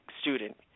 student